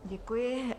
Děkuji.